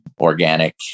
organic